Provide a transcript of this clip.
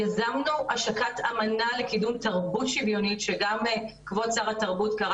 יזמנו השקת אמנה לקידום תרבות שוויונית שגם כבוד שר התרבות קרא